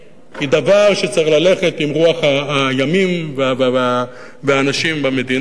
הוא דבר שצריך ללכת עם רוח הימים והאנשים במדינה,